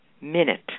minute